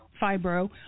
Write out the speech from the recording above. fibro